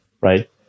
Right